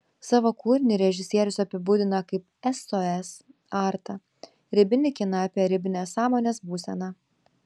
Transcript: savo kūrinį režisierius apibūdina kaip sos artą ribinį kiną apie ribinę sąmonės būseną